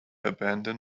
abandon